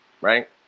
right